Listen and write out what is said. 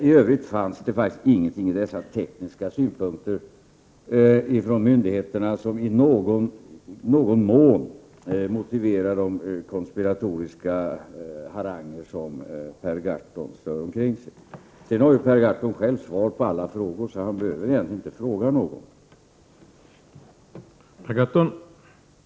I övrigt fanns det ingenting i dessa tekniska synpunkter från myndigheterna som ens i någon mån motiverar de konspiratoriska haranger som Per Gahrton strör omkring sig. Sedan har ju Per Gahrton själv svar på alla frågor, så han behöver egentligen inte fråga om någonting.